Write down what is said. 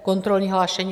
Kontrolní hlášení.